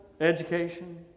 education